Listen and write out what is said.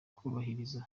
kubahiriza